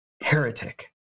Heretic